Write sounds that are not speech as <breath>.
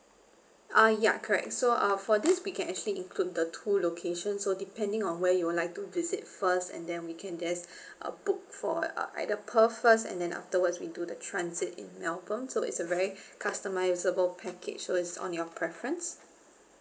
ah ya correct so uh for this we can actually include the two location so depending on where you would like to visit first and then we can just <breath> uh book for uh either perth first and then afterwards we do the transit in melbourne so it's a very <breath> customisable package so is on your preference